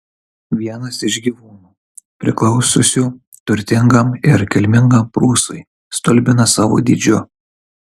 vienas iš gyvūnų priklausiusių turtingam ir kilmingam prūsui stulbina savo dydžiu